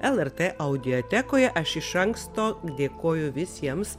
lrt audiotekoje aš iš anksto dėkoju visiems